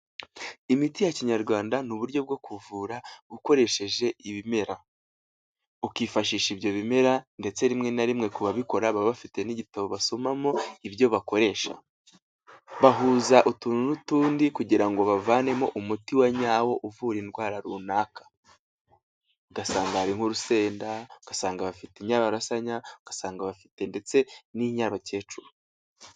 Imiti ya kinyarwanda ni uburyo bwo kuvura ukoresheje ibimera, ukifashisha ibyo bimera ndetse rimwe na rimwe ku babikora baba bafite n'igitabo basomamo ibyo bakoresha, bahuza utuntu n'utundi kugira ngo bavanemo umuti wa nyawo uvura indwara runaka, ugasanga hari nk'urusenda, ugasanga bafite inyabarasanya, ugasanga bafite ndetse n'inyabakecuru.